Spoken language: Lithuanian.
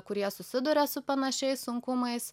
kurie susiduria su panašiais sunkumais